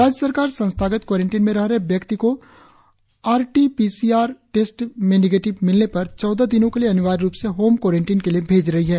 राज्य सरकार संस्थागत क्वारेंटिन में रह रहे व्यक्ति को R T P C R test में निगेटिव मिलने पर चौदह दिनों के लिए अनिवार्य रुप से होम क्वारेंटिन के लिए भेज रही है